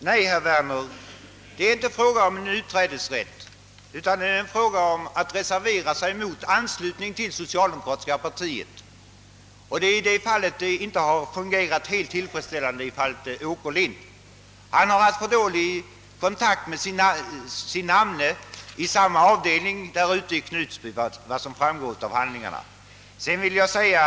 Nej, herr Werner, det är inte en fråga om utträdesrätt, utan det är en fråga om rätt att reservera sig mot anslutning till socialdemokratiska partiet, och det är den saken som inte har fungerat alldeles tillfredsställande i fallet Åkerlind. Han har haft för dålig kontakt med sin namne inom sektionen i Knutby.